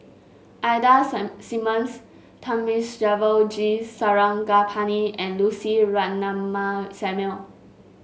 Ida Simmons Thamizhavel G Sarangapani and Lucy Ratnammah Samuel